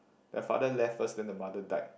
their father left first then the mother died